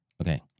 okay